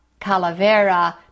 Calavera